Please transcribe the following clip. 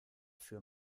für